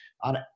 on